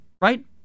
right